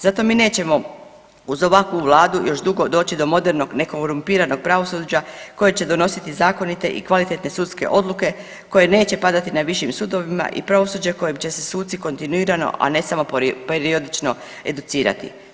Zato mi nećemo uz ovakvu vladu još dugo doći do modernog nekorumpiranog pravosuđa koje će donositi zakonite i kvalitetne sudske odluke koje neće padati na višim sudovima i pravosuđe u kojem će se suci kontinuirano, a ne samo periodično educirati.